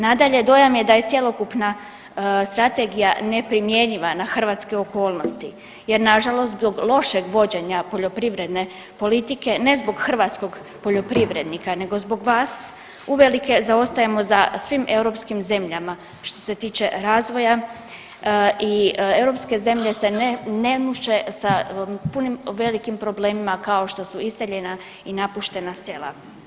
Nadalje, dojam je da je cjelokupna strategija neprimjenjiva na hrvatske okolnosti jer nažalost zbog lošeg vođenja poljoprivredne politike ne zbog hrvatskog poljoprivrednika nego zbog vas uvelike zaostajemo za svim europskim zemljama što se tiče razvoja i europske zemlje se ne muče sa punim velikim problemima kao što su iseljena i napuštena sela.